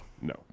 No